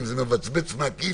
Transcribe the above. אם זה מבצבץ מכיס,